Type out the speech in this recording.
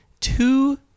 Two